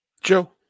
Joe